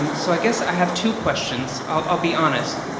um so i guess i have two questions, i'll be honest.